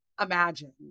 imagine